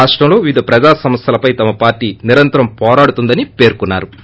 రాష్టంలో వివిధ ప్రజా సమస్యలపై తమ పార్టీ నిరంతరం వోరాడుతుందని పేర్కొన్నారు